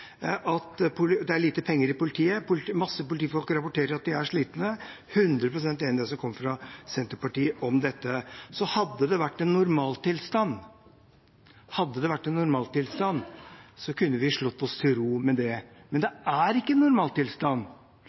det er lite penger i politiet, mange politifolk rapporterer at de er slitne. Jeg er også 100 pst. enig i det som kom fra Senterpartiet om dette. Hadde det vært en normaltilstand, kunne vi slått oss til ro med det. Men det er ikke en normaltilstand.